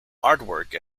artwork